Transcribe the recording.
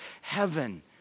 heaven